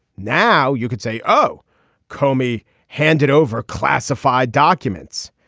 now you could say oh comey handed over classified documents.